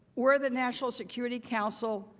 we're the national security council,